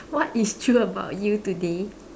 what is true about you today